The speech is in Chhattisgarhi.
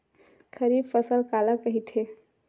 खरीफ फसल काला कहिथे?